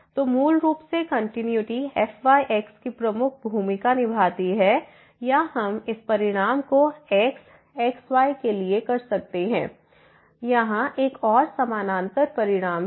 तो मूल रूप से कॉन्टिनुइटी fyxकी प्रमुख भूमिका निभाती है या हम इस परिणाम को x xy के लिए कर सकते हैं यहाँ एक और समानांतर परिणाम है